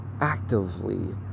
actively